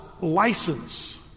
license